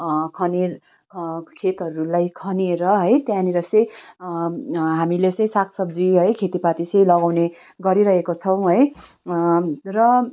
खने खेतहरूलाई खनेर है त्यहाँनिर चाहिँ हामीले चाहिँ सागसब्जी है खेतीपाती चाहिँ लगाउने गरिरहेको छौँ है र